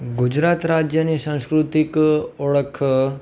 ગુજરાત રાજ્યની સાંસ્કૃતિક ઓળખ